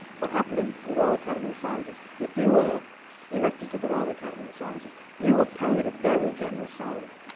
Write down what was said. what happened in the royal academy of sciences if you were elected to the royal academy of sciences, you were paid a very generous salary.